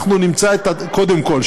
קודם כול,